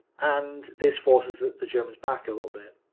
and this forces the the germans back a little bit.